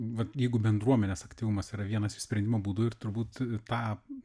vat jeigu bendruomenės aktyvumas yra vienas iš sprendimo būdų ir turbūt tą